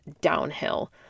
downhill